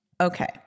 okay